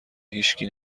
هیشکی